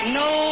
no